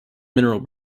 mineral